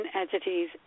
entities